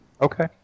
okay